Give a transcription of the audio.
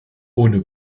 ohne